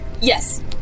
yes